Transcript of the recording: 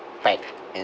pack and